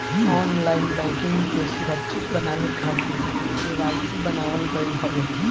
online banking के सुरक्षित बनावे खातिर के.वाई.सी बनावल गईल हवे